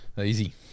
Easy